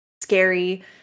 scary